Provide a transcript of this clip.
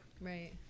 Right